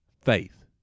Faith